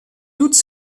toutes